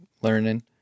learning